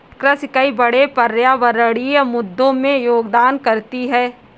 कृषि कई बड़े पर्यावरणीय मुद्दों में योगदान करती है